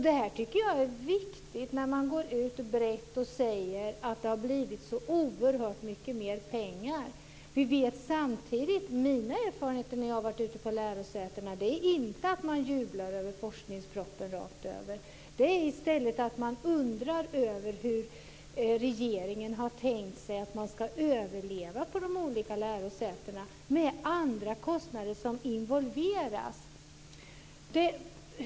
Det här tycker jag är viktigt när man går ut brett och säger att det har blivit så oerhört mycket mer pengar. Mina erfarenheter när jag har varit ute på lärosätena är inte att man jublar över forskningspropositionen rakt över. I stället undrar man över hur regeringen har tänkt sig att man ska överleva på de olika lärosätena med andra kostnader som inkluderas.